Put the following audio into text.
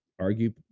argue